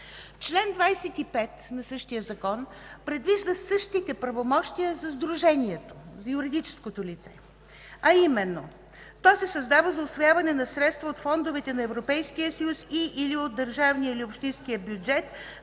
Член 25 на същия закон предвижда същите правомощия за Сдружението, за юридическото лице, а именно: то се създава за усвояване на средства от фондовете на Европейския съюз и/или от държавния или общинския бюджет,